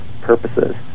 purposes